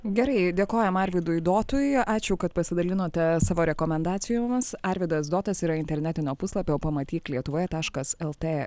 gerai dėkojam arvydui dotui ačiū kad pasidalinote savo rekomendacijomis arvydas dotas yra internetinio puslapio pamatyk lietuvoje taškas lt